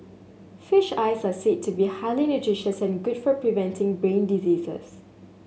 fish eyes are said to be highly nutritious and good for preventing brain diseases